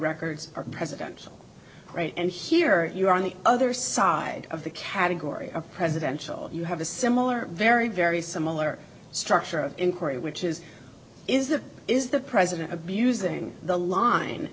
records are presidential right and here you are on the other side of the category of presidential you have a similar very very similar structure of inquiry which is is that is the president abusing the line